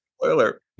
Spoiler